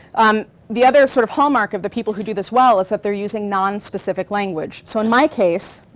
um the other sort of hallmark of the people who do this well is that they're using non-specific language. so in my case,